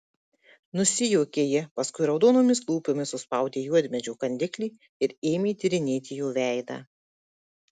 nusijuokė ji paskui raudonomis lūpomis suspaudė juodmedžio kandiklį ir ėmė tyrinėti jo veidą